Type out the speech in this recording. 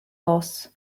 loss